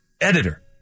editor